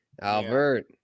Albert